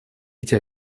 эти